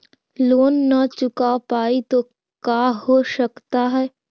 Loan न चुका पाई तो का हो सकता है?